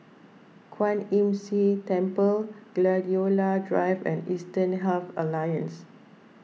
Kwan Imm See Temple Gladiola Drive and Eastern Health Alliance